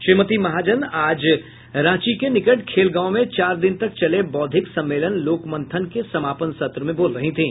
श्रीमती महाजन आज रांची के निकट खेल गांव में चार दिन तक चले बौद्धिक सम्मेलन लोकमंथन के समापन सत्र में बोल रही थीं